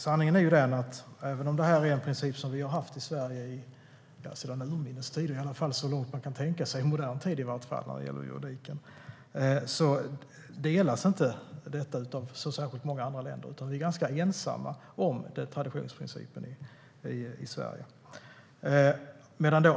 Sanningen är den att även om detta är en princip som vi har haft i Sverige sedan urminnes tider - i alla fall så länge man kan tänka sig i modern tid vad gäller juridiken - delas inte detta av särskilt många andra länder. Vi är ganska ensamma om traditionsprincipen i Sverige.